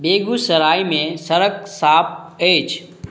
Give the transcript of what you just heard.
बेगूसराय मे सड़क साफ अछि